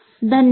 धन्यवाद